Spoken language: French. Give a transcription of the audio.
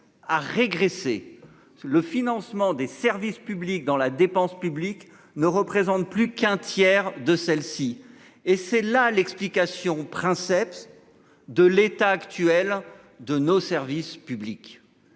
a régressé. Le financement des services publics dans la dépense publique ne représentent plus qu'un tiers de celle-ci et c'est là l'explication princeps de l'état actuel de nos services publics.